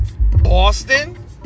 Boston